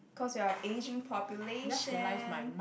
cause we are ageing population